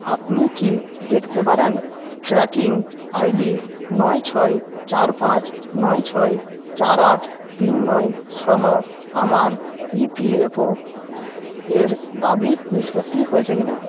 আপনি কি দেখতে পারেন ট্র্যাকিং আইডি নয় ছয় চার পাঁচ নয় ছয় চার আট তিন নয় সহ আমার ইপিএফও এর দাবি নিষ্পত্তি হয়েছে কি না